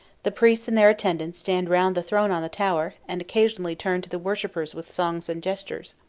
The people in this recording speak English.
the priests and their attendants stand round the throne on the tower, and occasionally turn to the worshippers with songs and gestures.